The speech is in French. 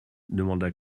demanda